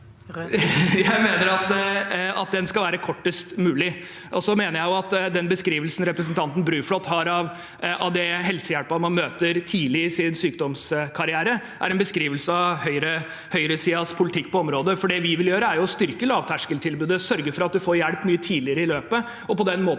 Jeg mener at det skal være kortest mulig. Jeg mener også at den beskrivelsen representanten Bruflot har av den helsehjelpen man møter tidlig i sin sykdomskarriere, er en beskrivelse av høyresidens politikk på området. Det vi vil gjøre, er å styrke lavterskeltilbudet, sørge for at man får hjelp mye tidligere i løpet og på den måten